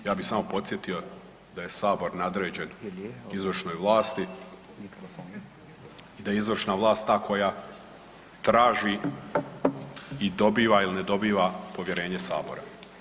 Ja bi samo podsjetio da je sabor nadređen izvršnoj vlasti i da je izvršna vlast ta koja traži i dobiva ili ne dobiva povjerenje sabora.